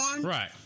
Right